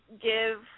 give